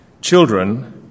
Children